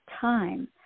time